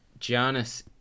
Giannis